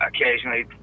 occasionally